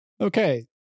okay